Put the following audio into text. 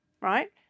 right